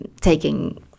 taking